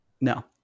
no